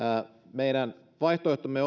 meidän vaihtoehtomme